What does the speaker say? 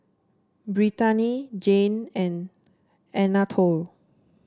Brittani Jame and Anatole